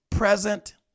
present